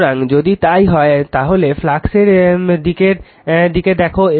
সুতরাং যদি তাই হয় তাহলে ফ্লাক্সের দিকের দিকে দেখো